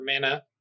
mana